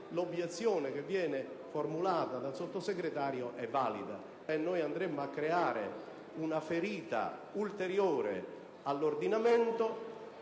l'obiezione che viene formulata dal Sottosegretario è valida, in quanto andremmo a creare una ferita ulteriore all'ordinamento.